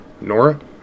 Nora